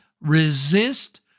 resist